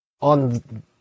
on